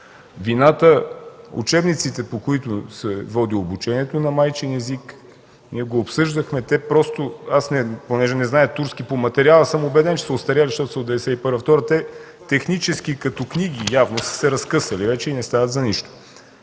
вината, учебниците, по които се води обучението на майчин език – ние го обсъждахме, понеже не зная турски, по материала съм убеден, че са остарели, защото са от 1991-1992 г. Технически като книги явно са се разкъсали вече и не стават за нищо.